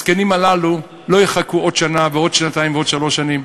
הזקנים הללו לא יחכו עוד שנה ועוד שנתיים ועוד שלוש שנים,